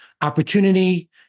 opportunity